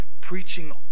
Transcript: preaching